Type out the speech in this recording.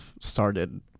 started